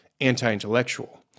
anti-intellectual